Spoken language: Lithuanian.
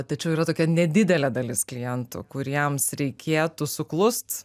tačiau yra tokia nedidelė dalis klientų kuriems reikėtų suklust